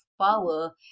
power